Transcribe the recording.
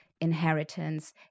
inheritance